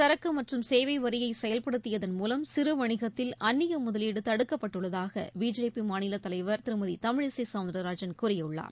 சரக்கு மற்றும் சேவை வரியை செயல்படுத்தியதன் மூலம் சிறுவணிகத்தில் அந்நிய முதலீடு தடுக்கப்பட்டுள்ளதாக பிஜேபி மாநில தலைவர் திருமதி தமிழிசை சவுந்தரராஜன் கூறியுள்ளார்